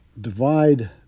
divide